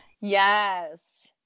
Yes